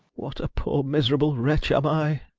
what a poor miserable wretch am i?